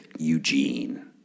Eugene